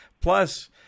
Plus